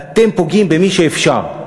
אתם פוגעים במי שאפשר.